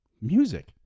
Music